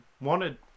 wanted